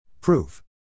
Proof